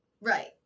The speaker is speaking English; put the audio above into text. Right